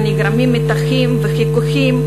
שבה נגרמים מתחים וחיכוכים,